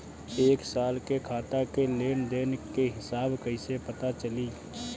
एक साल के खाता के लेन देन के हिसाब कइसे पता चली?